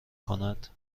کند